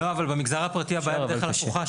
אבל במגזר הפרטי הבעיה בדרך כלל הפוכה,